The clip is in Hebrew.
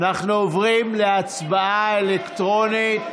אנחנו עוברים להצבעה אלקטרונית,